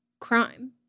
crime